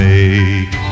Make